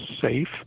safe